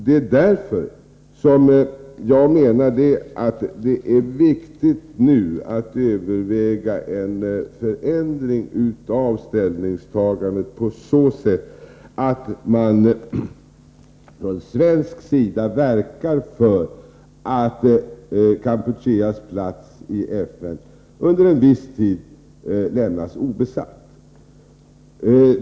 Det är därför som jag menar att det är viktigt att nu överväga en förändring av ställningstagandet på så sätt att man från svensk sida verkar för att Kampucheas plats i FN under en viss tid skall lämnas obesatt.